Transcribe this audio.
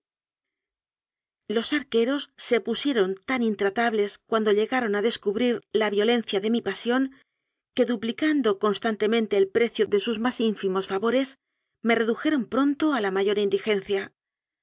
los arqueros se pusieron tan intratables cuan do llegaron a descubrir la violencia de mi pasión que duplicando constantemente el precio de sus más ínfimos favores me redujeron pronto a la mayor indigencia